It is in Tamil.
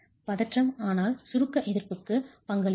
பதற்றம் ஆனால் சுருக்க எதிர்ப்புக்கு பங்களிக்கிறது